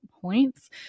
points